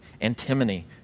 antimony